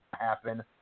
happen